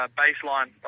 baseline